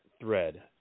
thread